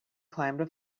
climbed